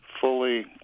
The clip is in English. fully